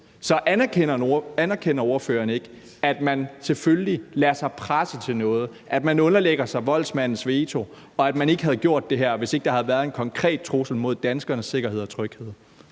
Så anerkender ordføreren ikke, at man selvfølgelig lader sig presse til noget, at man underlægger sig voldsmandens veto, og at man ikke havde gjort det her, hvis ikke der havde været en konkret trussel mod danskernes sikkerhed og tryghed?